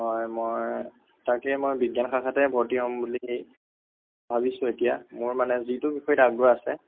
হয় মই তাকে মই বিজ্ঞান শাখাতে ভৰ্তি হম বুলি ভাবিছোঁ এতিয়া মোৰ মানে যিটো বিষয়ত আগ্ৰহ আছে